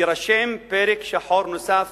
יירשם פרק שחור נוסף